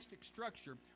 structure